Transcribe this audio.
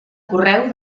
correu